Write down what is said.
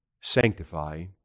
sanctify